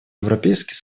европейский